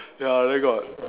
ya then got